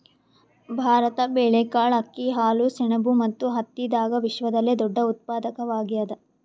ಭಾರತ ಬೇಳೆಕಾಳ್, ಅಕ್ಕಿ, ಹಾಲು, ಸೆಣಬು ಮತ್ತು ಹತ್ತಿದಾಗ ವಿಶ್ವದಲ್ಲೆ ದೊಡ್ಡ ಉತ್ಪಾದಕವಾಗ್ಯಾದ